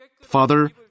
Father